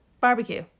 barbecue